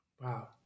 Wow